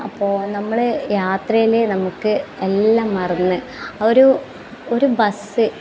അപ്പോൾ നമ്മൾ യത്രേയിലെ നമുക്ക് എല്ലാം മറന്ന് ഒരു ഒരു ബസ്